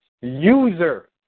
User